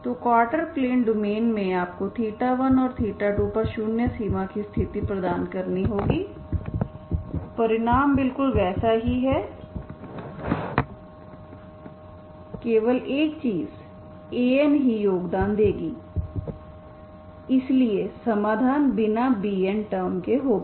तो quarter plane domain में आपको 1 और 2पर शून्य सीमा की स्थिति प्रदान करनी होगी परिणाम बिल्कुल वैसा ही है केवल एक चीज An ही योगदान देगी इसलिए समाधान बिना Bn टर्म के होगा